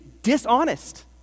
dishonest